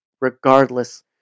regardless